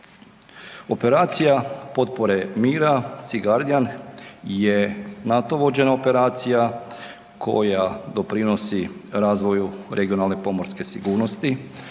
Operacija potpore mira „Sea Guardian“ je NATO vođena operacija koja doprinosi razvoju regionalne pomorske sigurnosti,